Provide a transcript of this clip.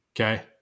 Okay